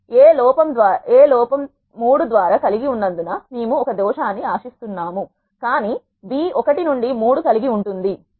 A లోపం 3 ద్వారా కలిగి ఉన్నందున మేము ఒక దోషాన్ని ఆశిస్తున్నాము కానీ B 1 నుండి 3 కలిగి ఉంటుంది